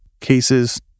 cases